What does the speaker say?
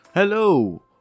Hello